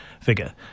figure